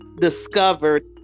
discovered